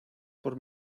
por